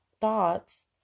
thoughts